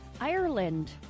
Ireland